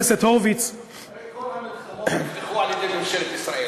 הרי כל המלחמות נפתחו על-ידי ממשלת ישראל.